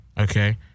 okay